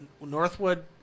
Northwood